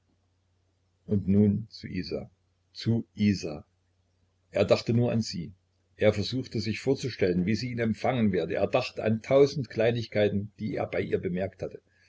und nun zu isa zu isa er dachte nur an sie er versuchte sich vorzustellen wie sie ihn empfangen werde er dachte an tausend kleinigkeiten die er bei ihr bemerkt hatte